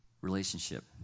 relationship